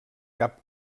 cap